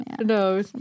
no